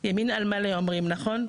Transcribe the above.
אומרים ימין על מלא, נכון?